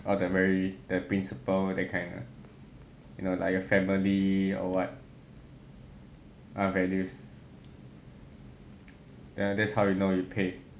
all the very the principle that kind lah you know like your family or what ah values ya that's how you know you 配